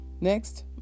Next